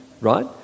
right